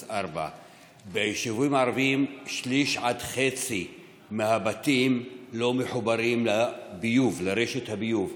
4. ביישובים הערביים שליש עד חצי מהבתים לא מחוברים לרשת הביוב,